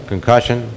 Concussion